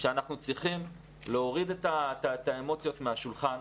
שאנחנו צריכים להוריד את האמוציות מהשולחן.